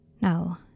No